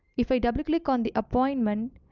if i double click on the appointment,